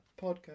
podcast